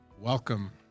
Welcome